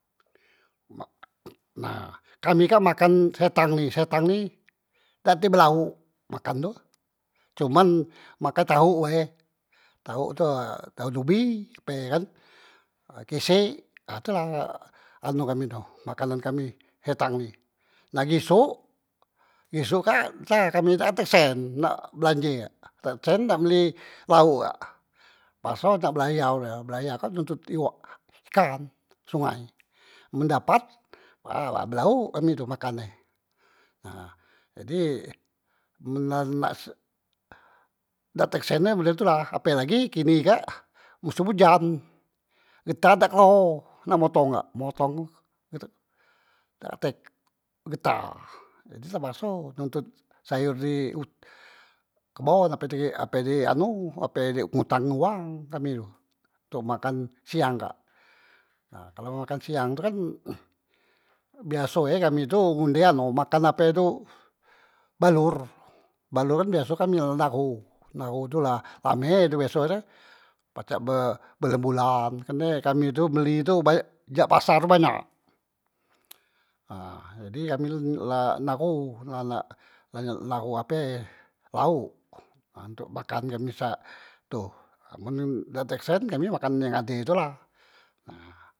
Mak nah kami kak makan setang ni setang ni dak tek belaok makan tu, cuman makek tahok wae, tahok tu e daon ubi ape kan, e kesek a tulah anu kami tu makanan kami hetang ni, na gesok, gesok kak ntah kami dak atek sen, nak belanje kak dak tek sen nak beli laok kak, tepakso nak belayau day belayau kan nontot iwa ikan sungai, men dapat wa belaok kami tu makan e, nah jadi men la nak dak tek sen e model tu la, apelagi kini kak mosem ujan, getah dak kleho nak motong kak, motong e tu dak atek getah, jadi tepakso nontot sayor di ut kebon ape di ape di anu, ape di ngutang ngan wang kami tu, tok makan siang kak nah kalo makan siang tu kan biaso e kami tu ngunde anu makan ape tu balor, balor kan biaso kami nelan naho, naho tu la lame tu biaso e tu, pacak be bulan bulan, kerne kami tu beli tu banya jak pasar banyak, nah jadi kami tu la naho, la nak naho ape laok, ha ntok makan kami sak tu, men dak tek sen kami makan yang ade tu la nah.